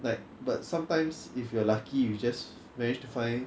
like but sometimes if you are lucky you just manage to find